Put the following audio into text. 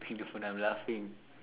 see the phone I'm laughing